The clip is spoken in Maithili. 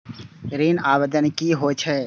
ऋण आवेदन की होय छै?